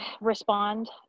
respond